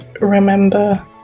remember